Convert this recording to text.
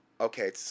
okay